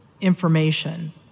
information